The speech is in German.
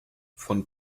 von